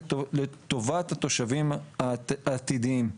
לטובת התושבים העתידיים.